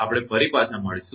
આપણે ફરી પાછા મળીશું